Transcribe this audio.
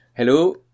Hello